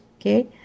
Okay